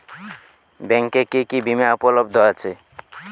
ব্যাংকে কি কি বিমা উপলব্ধ আছে?